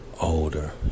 older